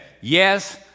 yes